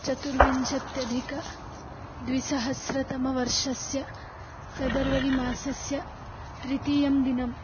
चतुर्विंशत्यधिक द्विसहस्रतमवर्षस्य फे़बरवरि मासस्य तृतीयदिनम्